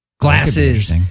Glasses